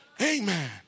Amen